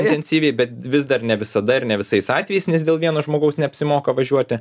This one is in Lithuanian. intensyviai bet vis dar ne visada ir ne visais atvejais nes dėl vieno žmogaus neapsimoka važiuoti